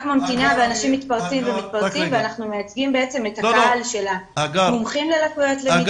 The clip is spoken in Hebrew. ואנשים מתפרצים ואנחנו מייצגים את הקהל של המומחים ללקויות למידה.